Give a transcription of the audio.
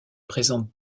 présente